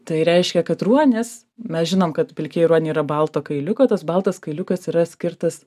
tai reiškia kad ruonis mes žinom kad pilkieji ruoniai yra balto kailiuko tas baltas kailiukas yra skirtas